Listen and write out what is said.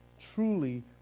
truly